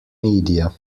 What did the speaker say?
media